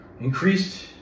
increased